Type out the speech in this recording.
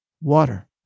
Water